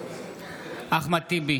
בעד אחמד טיבי,